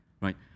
right